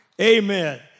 Amen